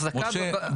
החזקה --- משה,